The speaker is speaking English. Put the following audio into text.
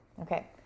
Okay